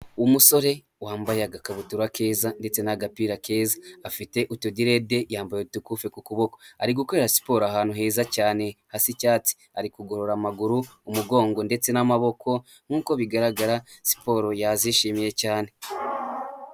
Umusore wambaye agakabutura keza ndetse n'agapira keza afite utudide yambaye udukufe ku kuboko. Ari gukorera siporo ahantu heza cyane hah'cyatsi, ari kugorora amaguru, umugongo ndetse n'amaboko. Nk'uko bigaragara siporo yazishimiye cyane.